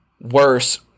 worse